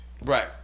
Right